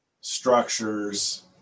structures